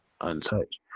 untouched